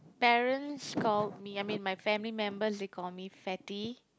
parents call me I mean my family members they call me fatty